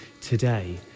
today